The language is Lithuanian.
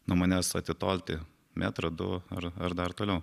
nuo manęs atitolti metrą du ar ar dar toliau